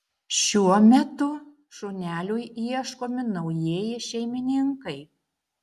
šiuo metu šuneliui ieškomi naujieji šeimininkai